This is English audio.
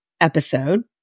episode